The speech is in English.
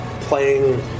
Playing